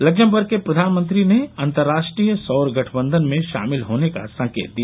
Luxembourg के प्रधानमंत्री ने अंतर्राष्ट्रीय सौर गठबंधन में शामिल होने का संकेत दिया